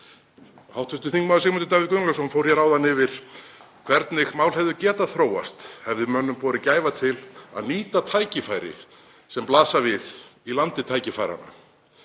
Hv. þm. Sigmundur Davíð Gunnlaugsson fór hér áðan yfir það hvernig mál hefðu getað þróast hefðu menn borið gæfu til að nýta tækifæri sem blasa við í landi tækifæranna.